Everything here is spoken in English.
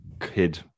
kid